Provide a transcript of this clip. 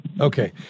Okay